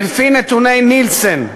לפי נתוני נילסן,